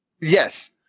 Yes